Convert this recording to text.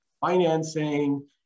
financing